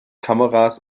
kameras